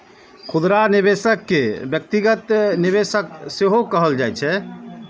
खुदरा निवेशक कें व्यक्तिगत निवेशक सेहो कहल जाइ छै